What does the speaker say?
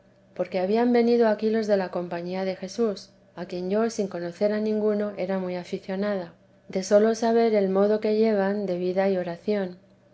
porque habían venido aquí los de la compañía de jesús a quien yo sin conocer a ninguno era muy aficionada de sólo saber el modo que llevan de vida y oración